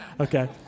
Okay